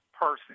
person